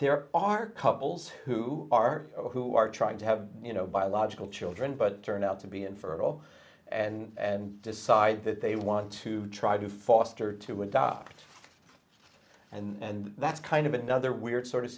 there are couples who are who are trying to have you know biological children but turned out to be infertile and decide that they want to try to foster to adopt and that's kind of another weird sort of